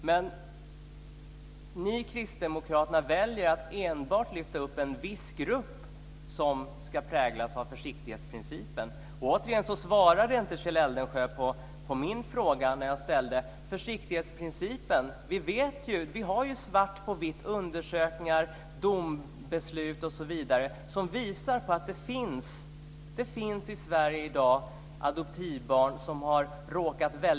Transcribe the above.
Men ni i Kristdemokraterna väljer att enbart lyfta upp en viss grupp som ska präglas av försiktighetsprincipen. Kjell Eldensjö svarade inte på den fråga som jag ställde. Vi har ju svart på vitt. Det finns undersökningar, domslut osv. som visar att det finns adoptivbarn som har råkat väldigt illa ut i Sverige i dag.